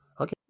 Okay